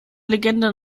legende